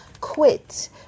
Quit